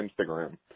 Instagram